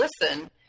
listen